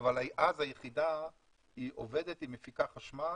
אבל אז היחידה עובדת, מפיקה חשמל,